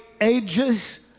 ages